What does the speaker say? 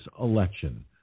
election